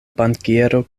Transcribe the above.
bankiero